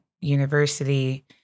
university